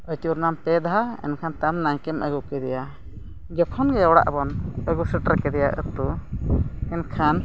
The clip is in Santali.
ᱟᱹᱪᱩᱨᱱᱟᱢ ᱯᱮ ᱫᱷᱟᱣ ᱮᱱᱠᱷᱟᱱ ᱛᱟᱭᱚᱢ ᱱᱟᱭᱠᱮᱢ ᱟᱹᱜᱩ ᱠᱮᱫᱮᱭᱟ ᱡᱚᱠᱷᱚᱱᱜᱮ ᱚᱲᱟᱜ ᱵᱚᱱ ᱟᱹᱜᱩ ᱥᱮᱴᱮᱨ ᱠᱮᱫᱮᱭᱟ ᱟᱹᱛᱩ ᱮᱱᱠᱷᱟᱱ